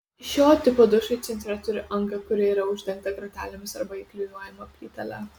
šio tipo dušai centre turi angą kuri yra uždengta grotelėmis arba įklijuojama plytele